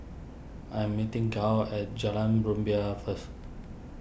I am meeting Gail at Jalan Rumbia first